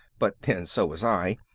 but then so was i.